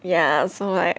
ya so like